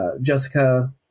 Jessica